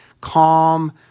calm